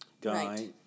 guy